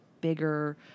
bigger